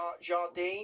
Jardine